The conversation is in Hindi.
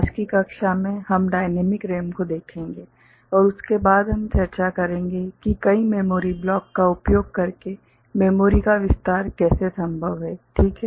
आज की कक्षा में हम डाइनैमिक रैम को देखेंगे और उसके बाद हम चर्चा करेंगे कि कई मेमोरी ब्लॉक का उपयोग करके मेमोरी का विस्तार कैसे संभव है ठीक है